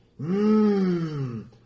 Mmm